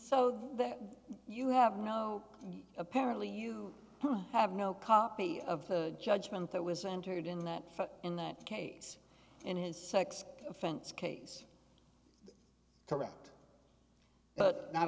so that you have no apparently you have no copy of the judgment that was entered in that in that case in his sex offense case correct but not